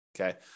Okay